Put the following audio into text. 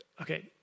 Okay